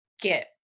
get